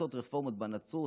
לעשות רפורמות בנצרות,